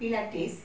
pilates